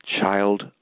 child